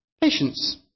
Patience